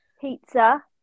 pizza